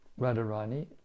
Radharani